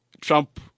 Trump